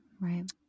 right